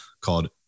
called